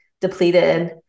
depleted